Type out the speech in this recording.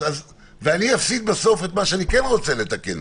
ואני אפסיד בסוף את מה שאני כן רוצה לתקן,